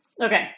Okay